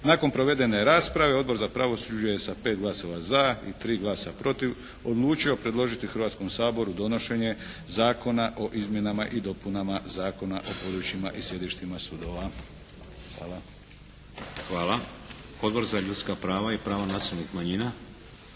Nakon provedene rasprave Odbor za pravosuđe je sa 5 glasova za i 3 glasa protiv odlučio predložiti Hrvatskom saboru donošenje Zakona o izmjenama i dopunama Zakona o područjima i sjedištima sudova. Hvala. **Šeks, Vladimir (HDZ)** Hvala. Odbor za ljudska prava i prava nacionalnih manjina.